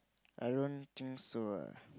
I don't think so ah